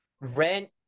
Rent